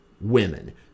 women